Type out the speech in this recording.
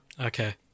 Okay